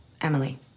Emily